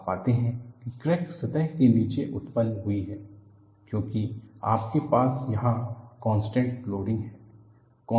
आप पाते हैं कि क्रैक सतह के नीचे उत्पन्न हुई है क्योंकि आपके पास यहां कॉन्टैक्ट लोडिंग है